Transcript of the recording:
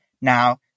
now